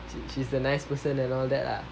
she's a nice person and all that lah